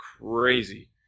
crazy